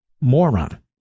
moron